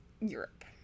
Europe